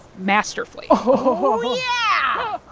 masterfully oh, yeah.